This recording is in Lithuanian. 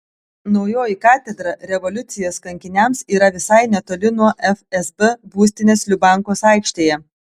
naujoji katedra revoliucijos kankiniams yra visai netoli nuo fsb būstinės lubiankos aikštėje